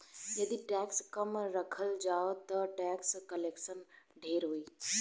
यदि टैक्स कम राखल जाओ ता टैक्स कलेक्शन ढेर होई